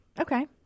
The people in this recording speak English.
Okay